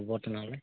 হ'ব তেনেহ'লে